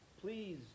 please